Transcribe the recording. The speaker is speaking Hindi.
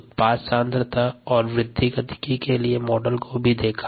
उत्पाद सांद्रता और वृद्धि गतिकी के लिए मॉडल भी देखा